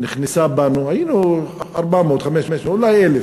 נכנסה בנו, היינו 400, 500, אולי 1,000,